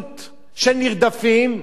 של נרדפים, חבר הכנסת.